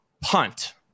punt